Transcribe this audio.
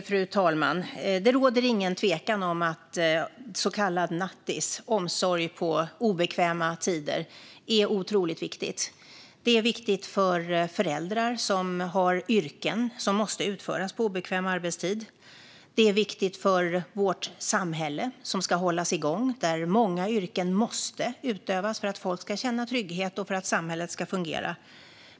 Fru talman! Det råder inget tvivel om att så kallat nattis, omsorg på obekväma tider, är otroligt viktigt. Det är viktigt för föräldrar som har yrken som måste utföras på obekväm arbetstid. Det är viktigt för vårt samhälle, som ska hållas igång och där många yrken måste utövas för att folk ska känna trygghet och för att samhället ska fungera.